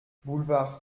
boulevard